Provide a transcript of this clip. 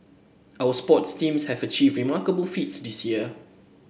our sports teams have achieved remarkable feats this year